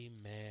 Amen